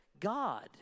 God